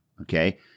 okay